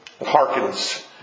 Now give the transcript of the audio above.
harkens